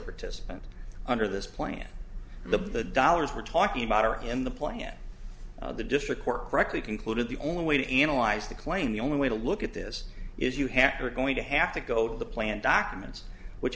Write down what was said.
participant under this plan the the dollars we're talking about are in the play at the district court correctly concluded the only way to analyze the claim the only way to look at this is you have her going to have to go to the plan documents which